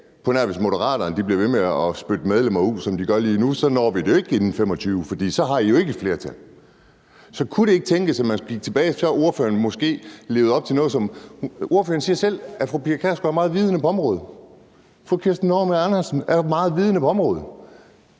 medmindre Moderaterne bliver ved med at spytte medlemmer ud, som de gør lige nu. Så når vi det jo ikke inden 2025, for så har I ikke et flertal. Så kunne det ikke tænkes, at man trådte et skridt tilbage og ordføreren måske levede op til det, der blev sagt? Ordføreren siger selv, at fru Pia Kjærsgaard er meget vidende på området, og fru Kirsten Normann Andersen er jo meget vidende på området.